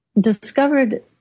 discovered